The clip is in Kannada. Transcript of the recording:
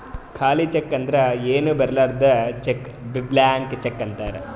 ಖಾಲಿ ಚೆಕ್ ಅಂದುರ್ ಏನೂ ಬರಿಲಾರ್ದು ಚೆಕ್ ಬ್ಲ್ಯಾಂಕ್ ಚೆಕ್ ಅಂತಾರ್